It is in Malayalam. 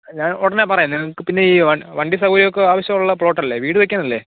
ഞാൻ ഉടനെ പറയാം നിങ്ങൾക്ക് പിന്നെ ഈ വൺണ്ടി വണ്ടി സൗകര്യമൊക്കെ ആവശ്യമുള്ള പ്ലോട്ടല്ലേ വീടുവെയ്ക്കാനല്ലേ